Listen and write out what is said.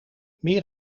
meer